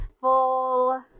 full